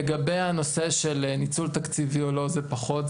לגבי הנושא של ניצול תקציבי או לא זה פחות,